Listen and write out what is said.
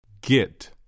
Get